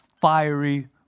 fiery